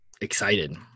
excited